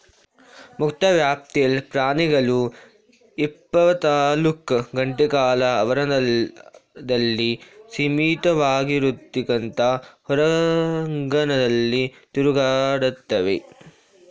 ಮುಕ್ತ ವ್ಯಾಪ್ತಿಲಿ ಪ್ರಾಣಿಗಳು ಇಪ್ಪತ್ನಾಲ್ಕು ಗಂಟೆಕಾಲ ಆವರಣದಲ್ಲಿ ಸೀಮಿತವಾಗಿರೋದ್ಕಿಂತ ಹೊರಾಂಗಣದಲ್ಲಿ ತಿರುಗಾಡ್ತವೆ